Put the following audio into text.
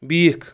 بیٖک